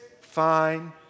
fine